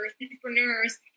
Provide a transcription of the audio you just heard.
entrepreneurs